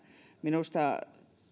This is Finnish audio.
minusta